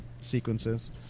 sequences